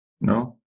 No